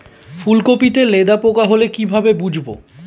ফুলকপিতে লেদা পোকা হলে কি ভাবে বুঝবো?